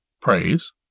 praise